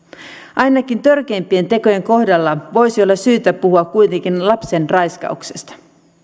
ainakin törkeimpien tekojen kohdalla voisi olla syytä puhua kuitenkin lapsen raiskauksesta